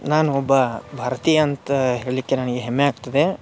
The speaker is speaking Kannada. ನಾನು ಒಬ್ಬ ಭಾರತೀಯ ಅಂತ ಹೇಳಲಿಕ್ಕೆ ನನಗೆ ಹೆಮ್ಮೆ ಆಗ್ತದೆ